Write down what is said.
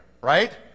right